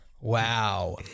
Wow